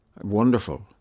wonderful